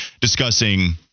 discussing –